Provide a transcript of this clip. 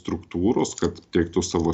struktūros kad teiktų savo